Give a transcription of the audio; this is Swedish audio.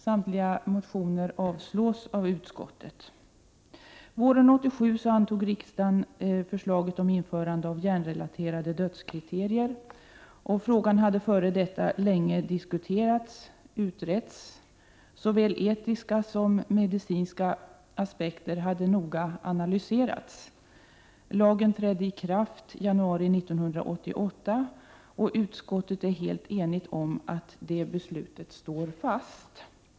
Samtliga motioner avstyrks av utskottet. Våren 1987 antog riksdagen förslaget om införandet av hjärnrelaterade dödskriterier. Frågan hade dessförinnan länge diskuterats och utretts. Såväl etiska som medicinska aspekter hade noga analyserats. Den nya lagen trädde i kraft i januari 1988, och utskottet är helt enigt om att det beslutet skall stå fast.